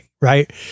right